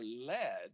led